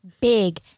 big